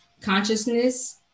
consciousness